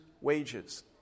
wages